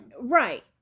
Right